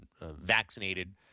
vaccinated